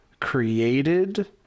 created